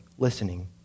listening